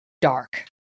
dark